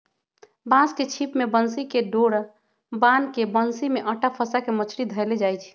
बांस के छिप में बन्सी कें डोरा बान्ह् के बन्सि में अटा फसा के मछरि धएले जाइ छै